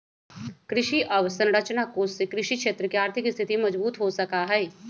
कृषि अवसरंचना कोष से कृषि क्षेत्र के आर्थिक स्थिति मजबूत हो सका हई